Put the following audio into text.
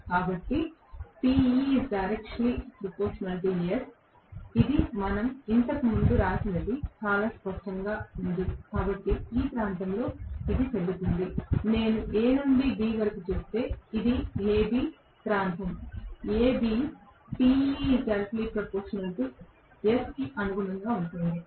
కాబట్టి ఇది మనం ఇంతకు ముందు వ్రాసినది చాలా స్పష్టంగా ఉంది కాబట్టి ఈ ప్రాంతంలో ఇది చెల్లుతుంది నేను A నుండి B వరకు చెబితే ఇది A B ప్రాంతం A B కి అనుగుణంగా ఉంటుంది